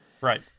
right